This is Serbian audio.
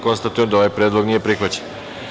Konstatujem da ovaj predlog nije prihvaćen.